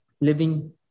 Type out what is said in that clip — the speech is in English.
living